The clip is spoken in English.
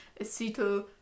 acetyl